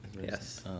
yes